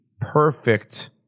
perfect